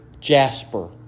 jasper